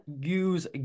use